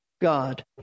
God